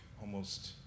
almost-